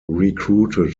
recruited